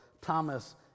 Thomas